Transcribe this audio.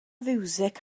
fiwsig